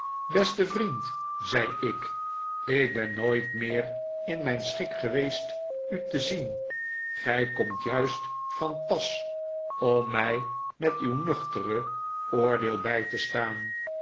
beste vriend zei ik ik ben nooit meer in mijn schik geweest u te zien gij komt juist van pas om mij met uw nuchtere oordeel bij te staan